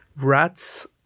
rats